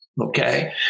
Okay